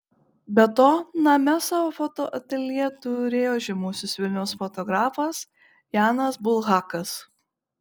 be to name savo fotoateljė turėjo žymusis vilniaus fotografas janas bulhakas